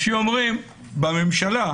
אנשים אומרים בממשלה: